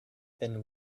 than